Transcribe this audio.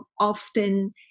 often